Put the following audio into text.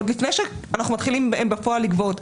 עוד לפני שאנחנו מתחילים בפועל לגבות.